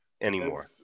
anymore